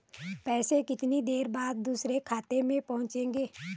पैसे कितनी देर बाद दूसरे खाते में पहुंचेंगे?